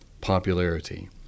popularity